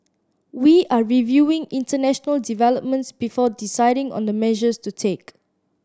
we are reviewing international developments before deciding on the measures to take